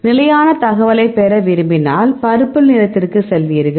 முழுமையான தகவலைப் பெற விரும்பினால் பர்பிள் நிறத்திற்குச் செல்வீர்கள்